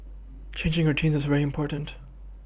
changing routines is very important